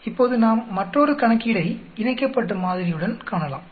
இப்போது நாம் மற்றொரு கணக்கீடை இணைக்கப்பட்ட மாதிரியுடன் காணலாம்